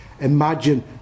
imagine